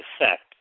effect